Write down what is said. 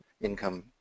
income